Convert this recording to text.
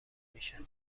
میشه